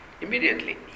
Immediately